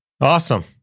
Awesome